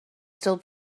still